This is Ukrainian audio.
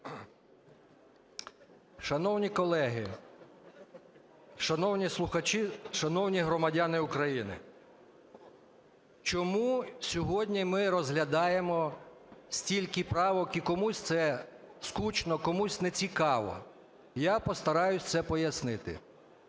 Шановні колеги, шановні слухачі, шановні громадяни України! Чому сьогодні ми розглядаємо стільки правок і комусь це скучно, комусь нецікаво, я постараюсь це пояснити.